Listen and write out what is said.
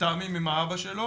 מתאמים עם אבא שלו,